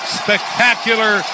spectacular